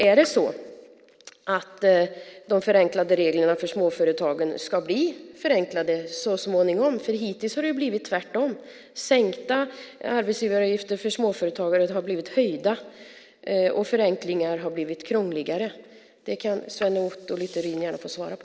Är det så att de förenklade reglerna för småföretagen ska bli förenklade så småningom? Hittills har det blivit tvärtom. Sänkta arbetsgivaravgifter för småföretagen har blivit höjda, och det som skulle ha varit förenklingar har inneburit att det har blivit krångligare. Det kan Sven Otto Littorin gärna få svara på.